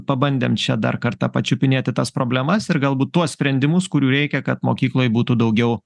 pabandėm čia dar kartą pačiupinėti tas problemas ir galbūt tuos sprendimus kurių reikia kad mokykloj būtų daugiau